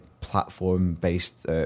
platform-based